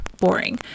boring